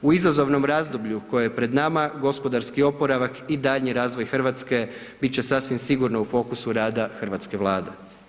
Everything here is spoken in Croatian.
U izazovnom razdoblju koje je pred nama, gospodarski oporavak i daljnji razvoj Hrvatske, bit će sasvim sigurno u fokusu rada hrvatske Vlade.